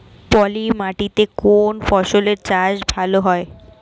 পলি মাটিতে কোন ফসলের চাষ ভালো হয়?